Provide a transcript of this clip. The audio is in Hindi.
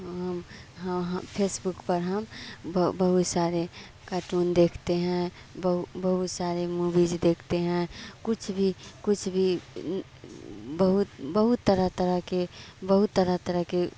हम हम फेसबुक पर हम बहुत बहुत सारे कार्टून देखते हैं बहुत बहुत सारे मूवीस देखते हैं कुछ भी कुछ भी बहुत बहुत तरह तरह के बहुत तरह तरह के